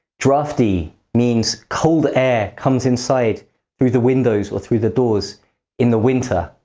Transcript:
drafty means cold air comes inside through the windows or through the doors in the winter.